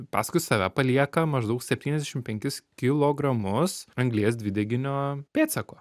paskui save palieka maždaug septyniasdešim penkis kilogramus anglies dvideginio pėdsako